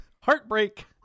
heartbreak